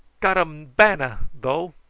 got um bana, though!